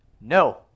no